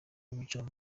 bicara